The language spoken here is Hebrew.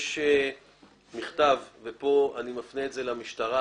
יש מכתב וכאן אני מפנה למשטרה,